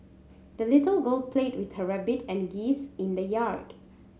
the little girl played with her rabbit and geese in the yard